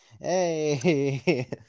Hey